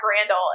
Randall